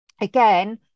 Again